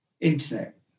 internet